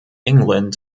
england